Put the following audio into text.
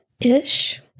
ish